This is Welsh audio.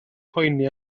poeni